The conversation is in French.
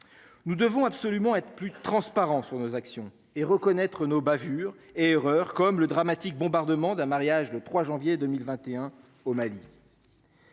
Nous devons absolument être plus transparents sur nos actions et reconnaître nos bavures et horreur comme le dramatique bombardement d'un mariage le 3 janvier 2021 au Mali.